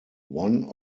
one